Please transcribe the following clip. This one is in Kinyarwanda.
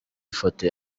ifoto